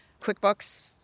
QuickBooks